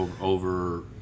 Over